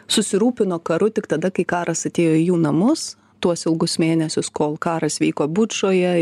susirūpino karu tik tada kai karas atėjo į jų namus tuos ilgus mėnesius kol karas vyko bučoje